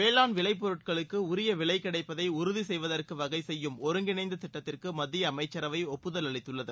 வேளாண் விளைப்பொருட்களுக்கு உரிய விலை கிடைப்பதை உறுதிசெய்வதற்கு வகை செய்யும் ஒருங்கிணைந்த திட்டத்திற்கு மத்திய அமைச்சரவை ஒப்புதல் அளித்துள்ளது